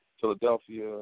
Philadelphia